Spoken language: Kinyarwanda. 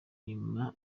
nyuma